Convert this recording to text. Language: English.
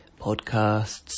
podcasts